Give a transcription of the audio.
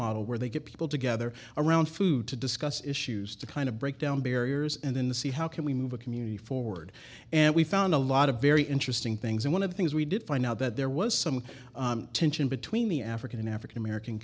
model where they get people together around food to discuss issues to kind of break down barriers and then the see how can we move a community forward and we found a lot of very interesting things and one of the things we did find out that there was some tension between the african and african american